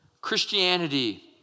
Christianity